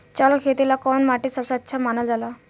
चावल के खेती ला कौन माटी सबसे अच्छा मानल जला?